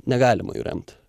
negalima jų remt